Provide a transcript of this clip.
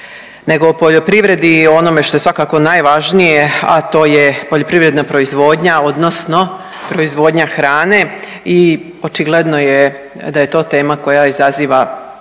ego o poljoprivredi i onome što je svakako najvažnije, a to je poljoprivredna proizvodnja, odnosno proizvodnja hrane i očigledno je da je to tema koja izaziva